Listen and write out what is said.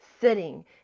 sitting